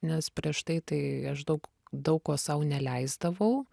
nes prieš tai tai aš daug daug ko sau neleisdavau